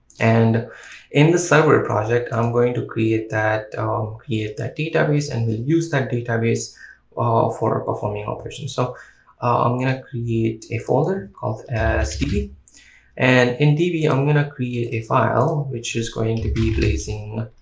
and in the server project i'm going to create that yeah that database and we use that database for performing operation so i'm going to ah create a folder called as db and in db i'm gonna create a file which is going to be blazingchat